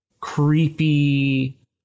creepy